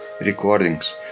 recordings